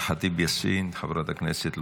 אימאן ח'טיב יאסין חברת הכנסת,